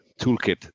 toolkit